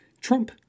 Trump